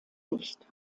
nicht